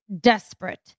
desperate